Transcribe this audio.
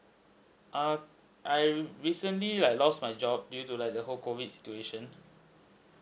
err I recently I lost my job due to like the whole COVID situation